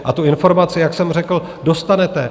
A tu informaci, jak jsem řekl, dostanete.